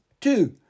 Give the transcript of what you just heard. Two